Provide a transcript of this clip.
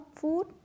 food